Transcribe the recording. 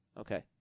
Okay